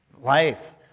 Life